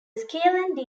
scale